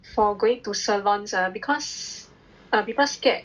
for going to salons ah err because people scared